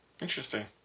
Interesting